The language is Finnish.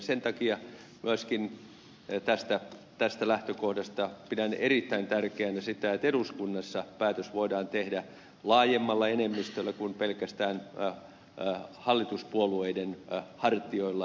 sen takia myöskin tästä lähtökohdasta pidän erittäin tärkeänä sitä että eduskunnassa päätös voidaan tehdä laajemmalla enemmistöllä kuin pelkästään hallituspuolueiden hartioilla